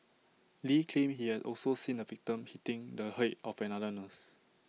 lee claimed he had also seen the victim hitting the Head of another nurse